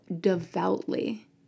devoutly